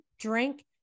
drink